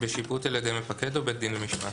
בשיפוט על ידי מפקד או בית דין למשמעת?